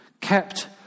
kept